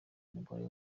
umugore